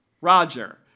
Roger